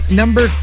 number